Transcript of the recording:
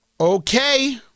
Okay